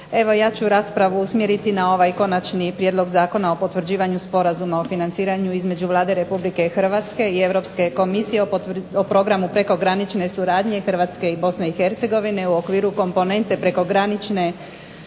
Evo ja ću raspravu usmjeriti na ovaj Konačni prijedlog Zakona o potvrđivanju Sporazuma o financiranju između Vlade RH i Europske komisije o Programu prekogranične suradnje Hrvatske i BiH u okviru komponentne prekogranične